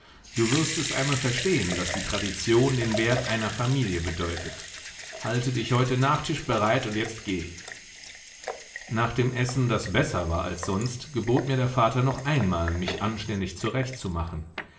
du wirst es einmal verstehn daß die tradition den wert einer familie bedeutet halte dich heute nach tisch bereit und jetzt geh nach dem essen das besser war als sonst gebot mir der vater noch einmal mich anständig